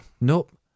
Nope